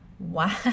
Wow